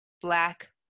Black